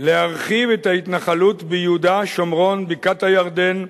להרחיב את ההתנחלות ביהודה, שומרון, בקעת-הירדן,